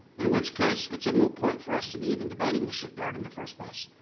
in which case, it's a moot point for us to be even debating the shipyard in the first place.